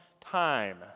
time